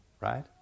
right